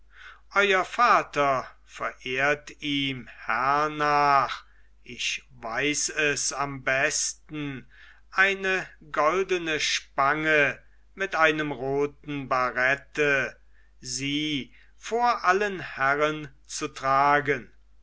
euer vater verehrt ihm hernach ich weiß es am besten eine goldene spange mit einem roten barette sie vor allen herren zu tragen